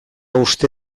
uste